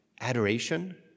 adoration